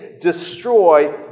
destroy